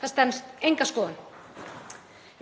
Það stenst enga skoðun.